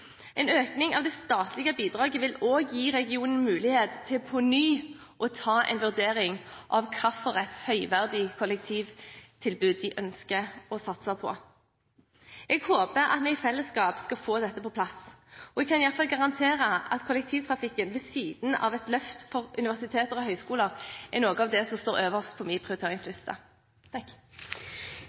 En økning av det statlige bidraget vil også gi regionen mulighet til på ny å vurdere hvilket høyverdig kollektivtilbud man ønsker å satse på. Jeg håper at vi i felleskap kan få dette på plass, og jeg kan i hvert fall garantere at kollektivtrafikken – ved siden av et løft for universiteter og høyskoler – er noe av det som står øverst på min prioriteringsliste.